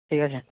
ঠিক আছে